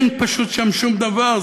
ואין שם פשוט שום דבר.